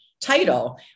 title